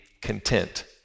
content